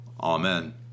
amen